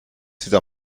wieder